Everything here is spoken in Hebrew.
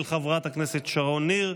של חברת הכנסת שרון ניר.